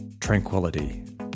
tranquility